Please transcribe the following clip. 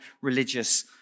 religious